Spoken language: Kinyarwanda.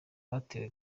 batewe